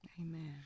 Amen